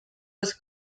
was